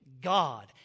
God